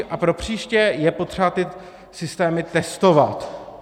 A propříště je potřeba ty systémy testovat.